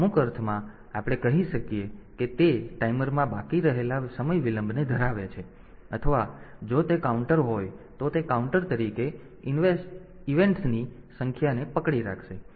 તેથી અમુક અર્થમાં આપણે કહી શકીએ કે તે ટાઈમરમાં બાકી રહેલા સમય વિલંબને ધરાવે છે અથવા જો તે કાઉન્ટર હોય તો તે કાઉન્ટર તરીકે ઇવેન્ટ્સની સંખ્યાને પકડી રાખશે